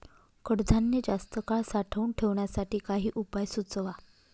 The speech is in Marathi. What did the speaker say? कडधान्य जास्त काळ साठवून ठेवण्यासाठी काही उपाय सुचवा?